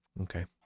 Okay